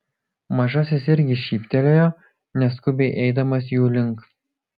mažasis irgi šyptelėjo neskubiai eidamas jų link